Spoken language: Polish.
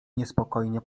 niespokojnie